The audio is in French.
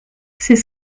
c’est